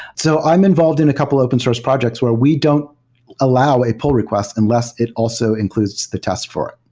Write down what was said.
so i'm involved in a couple of open source projects where we don't allow a pull request unless it also includes the test for it.